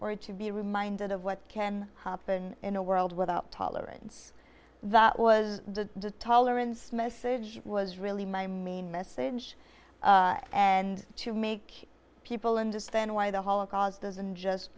or to be reminded of what can happen in a world without tolerance that was the tolerance message was really my main message and to make people understand why the holocaust doesn't just